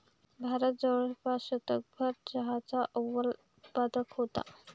भारत जवळपास शतकभर चहाचा अव्वल उत्पादक होता